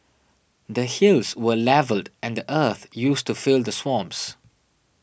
the hills were levelled and the earth used to fill the swamps